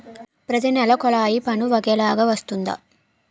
ప్రతి నెల కొల్లాయి పన్ను ఒకలాగే వస్తుందా?